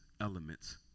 elements